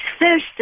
first